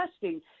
testing